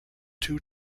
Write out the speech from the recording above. two